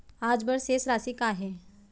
आज बर शेष राशि का हे?